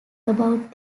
about